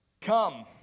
Come